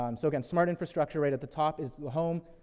um so again, smart infrastructure, right at the top is the home,